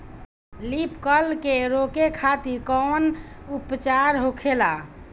Leaf curl के रोके खातिर कउन उपचार होखेला?